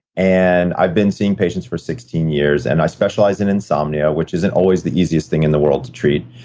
and i've been seeing patients for sixteen years. and i specialize in insomnia, which isn't always the easiest thing in the world to treat.